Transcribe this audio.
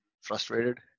frustrated